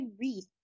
read